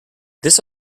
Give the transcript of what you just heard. this